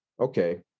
Okay